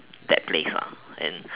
that place ah and